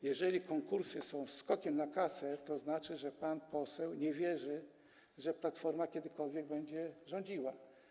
Jeżeli konkursy są skokiem na kasę, to znaczy, że pan poseł nie wierzy, że Platforma kiedykolwiek będzie rządziła.